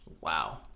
Wow